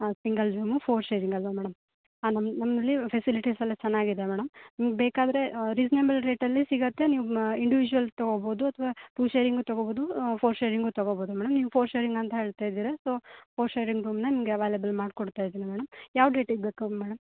ಹಾಂ single room four sharing ಅಲ್ಲವಾ madam ಹಾಂ ನಮ್ಮ ನಮ್ಮಲ್ಲಿ ಫೆಸಿಲಿಟೀಸ್ ಎಲ್ಲ ಚೆನ್ನಾಗಿದೆ ಮೇಡಮ್ ಬೇಕಾದರೆ ರೀಸನೇಬಲ್ ರೇಟಲ್ಲಿ ಸಿಗುತ್ತೆ ನೀವು ಮಾ ಇಂಡಿವಿಜುಯಲ್ ತೊಗೊಬೋದು ಅಥವಾ ಟೂ ಷೇರಿಂಗೂ ತೊಗೊಬೋದು ಫೋರ್ ಷೇರಿಂಗೂ ತೊಗೊಬೋದು ಮೇಡಮ್ ನೀವು ಫೋರ್ ಷೇರಿಂಗ್ ಅಂತ ಹೇಳ್ತ ಇದ್ದೀರ ಸೊ ಫೋರ್ ಷೇರಿಂಗ್ ರೂಮನ್ನ ನಿಮಗೆ ಅವೈಲೇಬಲ್ ಮಾಡಿಕೊಡ್ತ ಇದ್ದೀನಿ ಮೇಡಮ್ ಯಾವ ಡೇಟಿಗೆ ಬೇಕು ಮೇಡಮ್